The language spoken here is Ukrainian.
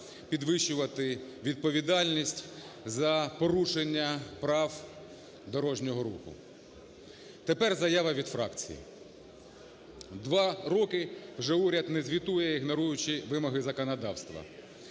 підвищувати відповідальність за порушення правил дорожнього руху. Тепер заява від фракції. Два роки вже уряд не звітує, ігноруючи вимоги законодавства.